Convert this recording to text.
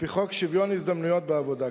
על-פי חוק שוויון ההזדמנויות בעבודה,